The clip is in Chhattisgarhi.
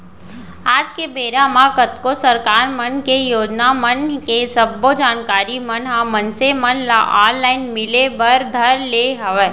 आज के बेरा म कतको सरकार मन के योजना मन के सब्बो जानकारी मन ह मनसे मन ल ऑनलाइन मिले बर धर ले हवय